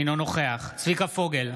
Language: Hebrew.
אינו נוכח צביקה פוגל,